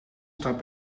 staat